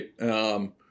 right